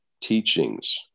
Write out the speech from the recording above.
teachings